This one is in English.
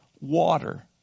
water